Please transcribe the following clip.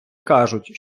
кажуть